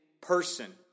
person